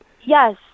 Yes